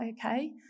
okay